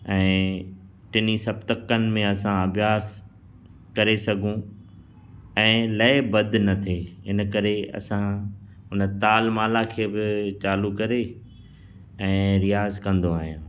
ऐं टिनी सप्तकनि में असां अभ्यास करे सघूं ऐं लइ ॿध न थिए हिन करे असां हुन ताल माला खे बि चालू करे ऐं रियाज़ कंदो आहियां